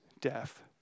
death